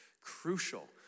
crucial